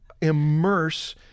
immerse